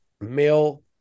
male